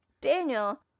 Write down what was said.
Daniel